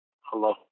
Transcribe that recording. Hello